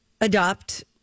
adopt